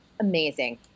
amazing